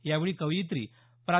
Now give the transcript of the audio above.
यावेळी कवयित्री प्रा